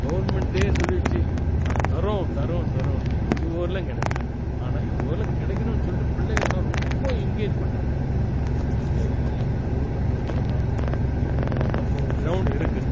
கவர்மெண்ட்டே சொல்லிடுச்சு நாங்கள் தரோம் தரோம் தரோன்ட்டு இதுவரையிலும் கிடைக்கல ஆனால் இதுவரையிலும் கிடைக்கணுன்னு சொல்லிவிட்டு பிள்ளைங்கள் எல்லாம் ரொம்ப என்க்ரேஜ் பண்ணுறாங்க இங்கே நம்ப ஊரில் பொறுத்த வரையிலும் நம்ம ஒரு க்ரௌண்டு இருக்கு